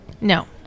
no